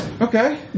Okay